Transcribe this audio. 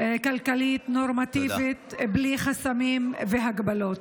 כלכלית נורמטיבית בלי חסמים והגבלות.